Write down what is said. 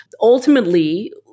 Ultimately